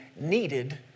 needed